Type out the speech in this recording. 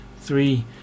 three